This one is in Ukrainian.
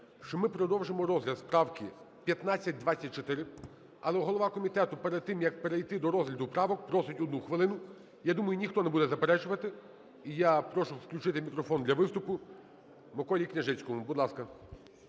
що ми продовжимо розгляд з правки 1524. Але голова комітету перед тим, як перейти до розгляду правок, просить 1 хвилину. Я думаю, ніхто не буде заперечувати. І я прошу включити мікрофон для виступу МиколіКняжицькому. Будь ласка.